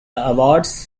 awards